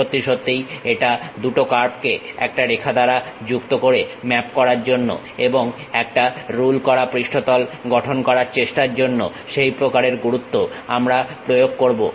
সত্যি সত্যিই এই দুটো কার্ভকে একটা রেখা দ্বারা যুক্ত করে ম্যাপ করার জন্য এবং একটা রুল করা পৃষ্ঠতল গঠন করার চেষ্টার জন্য সেই প্রকারের গুরুত্ব আমরা প্রয়োগ করবো